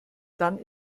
dann